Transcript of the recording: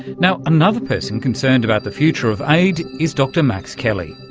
now, another person concerned about the future of aid is dr max kelly,